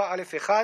שנים.